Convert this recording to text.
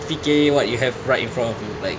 fikir what you have right in front of you like